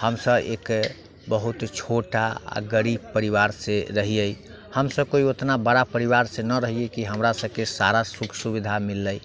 हमसब एक बहुत छोट आओर गरीब परिवारसँ रहियै हमसब कोइ ओतना बड़ा परिवारसँ नहि रहियै की हमरा सबके सारा सुख सुविधा मिललै